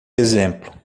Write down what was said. exemplo